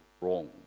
wrong